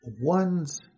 ones